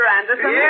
Anderson